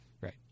Right